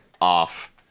off